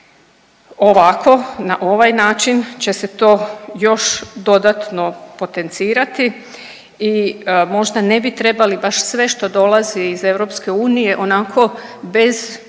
ovako na ovaj način će se to još dodatno potencirati i možda ne bi trebali baš sve što dolazi iz EU onako bez